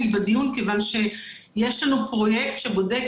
אני בדיון מכיוון שיש לנו פרויקט שבודק